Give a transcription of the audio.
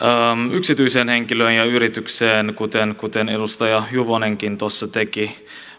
yksityiseen henkilöön ja yritykseen kuten edustaja juvonenkin tuossa teki